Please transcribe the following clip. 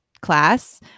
class